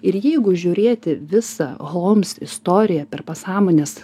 ir jeigu žiūrėti visą homls istoriją per pasąmonės